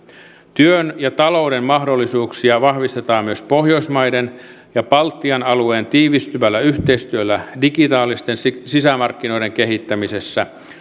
työn ja talouden mahdollisuuksia vahvistetaan myös pohjoismaiden ja baltian alueen tiivistyvällä yhteistyöllä digitaalisten sisämarkkinoiden kehittämisessä